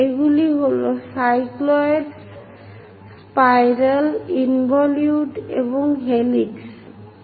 এগুলি হল cycloids spiral involute এবং helix cycloids spirals involutes and helix